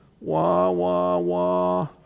Wah-wah-wah